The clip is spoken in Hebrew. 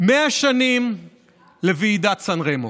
100 שנים לוועידת סן רמו.